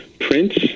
Prince